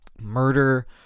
murder